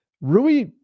Rui